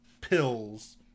pills